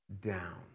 down